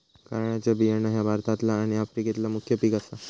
कारळ्याचे बियाणा ह्या भारतातला आणि आफ्रिकेतला मुख्य पिक आसा